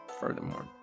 furthermore